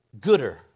gooder